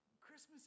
Christmas